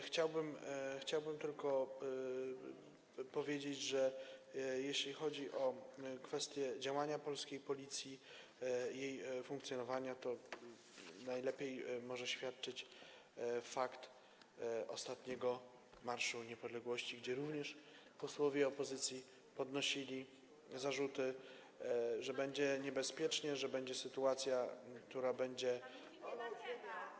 Chciałbym tylko powiedzieć, że jeśli chodzi o kwestie działania polskiej Policji i jej funkcjonowania, najlepiej może świadczyć o tym fakt ostatniego Marszu Niepodległości, gdzie również posłowie opozycji podnosili zarzuty, że będzie niebezpiecznie, że będzie sytuacja, która będzie.